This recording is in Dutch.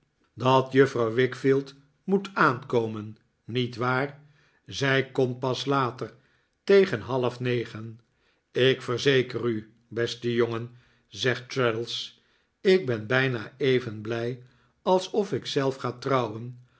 dat juffrouw wickfield moet aankomen niet waar zij komt pas later tegen half negen ik verzeker u beste jongen zegt traddles ik ben bijna even blij alsof ik zelf ga trouwen